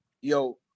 yo